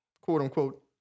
quote-unquote